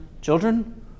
children